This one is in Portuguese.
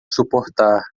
suportar